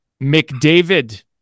McDavid